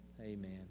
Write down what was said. Amen